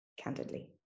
candidly